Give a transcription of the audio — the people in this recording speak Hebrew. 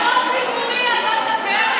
ולחברים שלך אתה נותן בכל דקה.